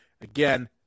Again